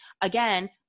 Again